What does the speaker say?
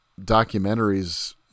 documentaries